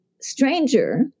stranger